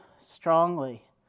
strongly